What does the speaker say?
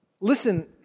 Listen